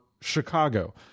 Chicago